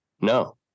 No